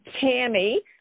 Tammy